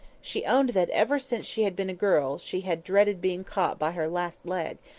she owned that, ever since she had been a girl, she had dreaded being caught by her last leg,